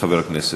לחבר הכנסת.